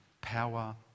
power